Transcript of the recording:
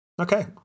Okay